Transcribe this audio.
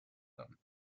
them